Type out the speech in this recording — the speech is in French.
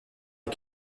est